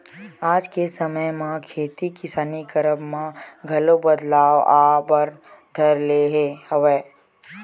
आज के समे म खेती किसानी करब म घलो बदलाव आय बर धर ले हवय